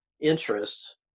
interest